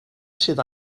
sydd